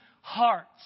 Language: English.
hearts